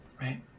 right